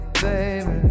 baby